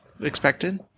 expected